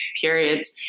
periods